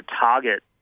target